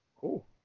Cool